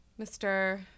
Mr